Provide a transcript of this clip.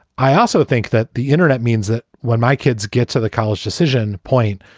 i also think that the internet means that when my kids get to the college decision point,